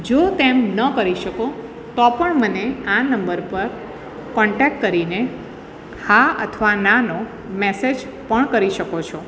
જો તેમ ન કરી શકો તો પણ મને આ નંબર પર કોન્ટેક કરીને હા અથવા ના નો મેસેજ પણ કરી શકો છો